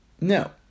No